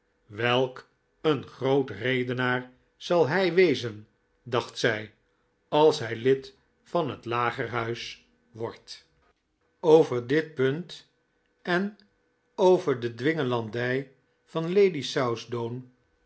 welk een groot redenaar zal hij wezen dacht zij als hij lid van het lagerhuis wordt over dit punt en over de dwingelandij van